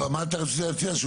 רוצה להציע?